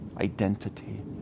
identity